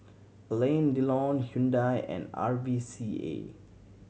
Alain Delon Hyundai and R V C A